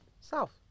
South